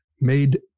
made